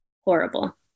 horrible